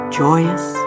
joyous